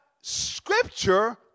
scripture